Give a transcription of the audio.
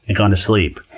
and gone to sleep.